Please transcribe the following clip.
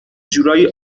جورایی